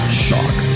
shock